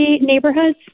neighborhoods